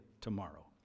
tomorrow